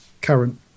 current